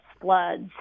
floods